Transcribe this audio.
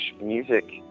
music